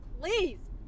please